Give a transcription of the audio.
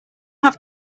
have